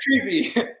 creepy